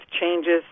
changes